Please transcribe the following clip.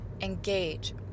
engage